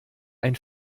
ein